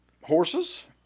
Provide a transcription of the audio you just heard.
horses